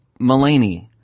Mulaney